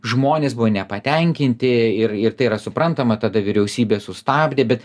žmonės buvo nepatenkinti ir ir tai yra suprantama tada vyriausybė sustabdė bet